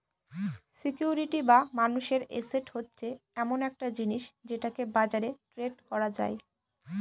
security বা মানুষের asset হচ্ছে এমন একটা জিনিস যেটাকে বাজারে ট্রেড করা যায়